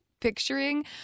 picturing